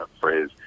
phrase